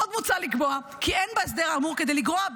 עוד מוצע לקבוע כי אין בהסדר האמור כדי לגרוע,